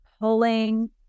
pulling